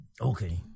Okay